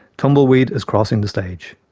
tumbleweed is crossing the stage.